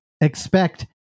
expect